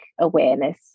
awareness